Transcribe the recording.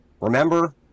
remember